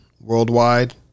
worldwide